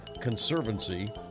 Conservancy